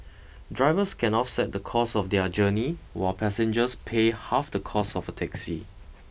drivers can offset the cost of their journey while passengers pay half the cost of a taxi